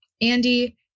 Andy